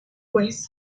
west